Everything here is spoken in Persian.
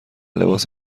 لباس